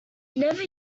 never